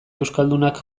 euskaldunak